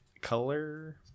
Color